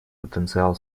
потенциал